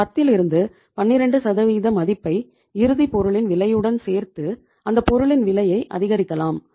இந்த 10 லிருந்து 12 சதவிகித மதிப்பை இறுதி பொருளின் விலையுடன் சேர்த்து அந்தப் பொருளின் விலையை அதிகரிக்கலாம்